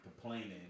complaining